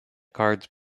cards